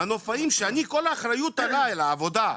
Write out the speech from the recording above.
מנופאים שאני כל האחריות עליי לעבודה,